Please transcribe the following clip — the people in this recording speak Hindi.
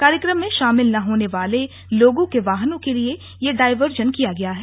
कार्यक्रम में शामिल न होने वाले लोगों के वाहनों के लिए यह डायवर्जन किया गया है